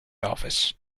office